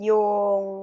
Yung